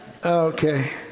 Okay